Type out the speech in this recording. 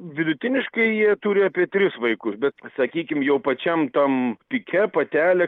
vidutiniškai jie turi apie tris vaikus bet sakykim jau pačiam tam pike patelė